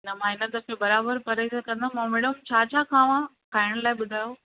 न मां हिन दफ़े बराबरि परेज कंदमि ऐं मैडम छा छा खावां खाइण लाइ ॿुधायो